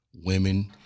women